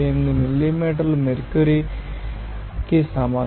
58 మిల్లీమీటర్ల మెర్క్యూరీ కి సమానం